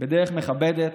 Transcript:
בדרך מכבדת